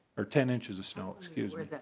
or ten inches of snow. excuse me.